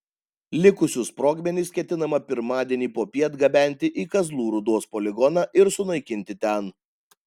likusius sprogmenis ketinama pirmadienį popiet gabenti į kazlų rūdos poligoną ir sunaikinti ten